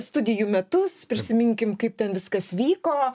studijų metus prisiminkim kaip ten viskas vyko